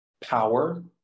power